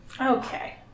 Okay